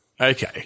Okay